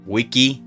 Wiki